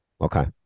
Okay